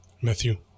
Matthew